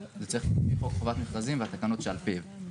זה צריך להיות לפי חוק חובת מכרזים והתקנות שעל פיו.